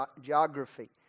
geography